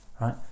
right